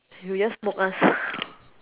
you will just smoke ah